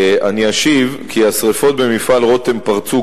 אני אשיב כי השרפות במפעל "רותם" פרצו,